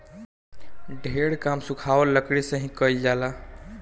ढेर काम सुखावल लकड़ी से ही कईल जाला